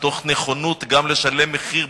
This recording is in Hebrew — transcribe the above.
מתוך נכונות לשלם מחיר,